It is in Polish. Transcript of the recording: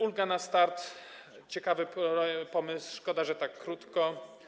Ulga na start - ciekawy pomysł, szkoda, że tak krótko.